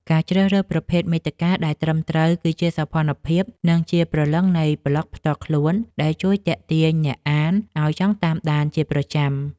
ការជ្រើសរើសប្រភេទមាតិកាដែលត្រឹមត្រូវ គឺជាសោភ័ណភាព និងជាព្រលឹងនៃប្លក់ផ្ទាល់ខ្លួនដែលជួយទាក់ទាញអ្នកអានឱ្យចង់តាមដានជាប្រចាំ។